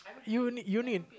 unique union